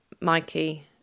Mikey